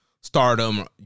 stardom